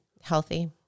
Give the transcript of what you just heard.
healthy